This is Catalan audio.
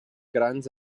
grans